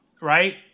right